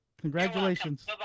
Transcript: Congratulations